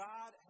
God